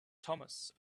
thomas